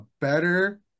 better